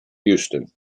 houston